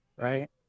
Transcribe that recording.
right